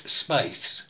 space